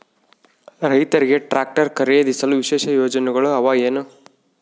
ರೈತರಿಗೆ ಟ್ರಾಕ್ಟರ್ ಖರೇದಿಸಲು ವಿಶೇಷ ಯೋಜನೆಗಳು ಅವ ಏನು?